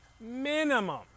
Minimum